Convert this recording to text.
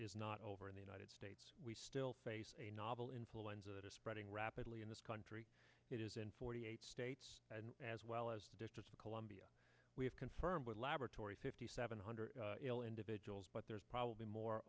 is not over in the united states we still face a novel influenza that is spreading rapidly in this country it is in forty eight states as well as the district of columbia we have confirmed with laboratory fifty seven hundred individuals but there's probably more